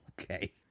Okay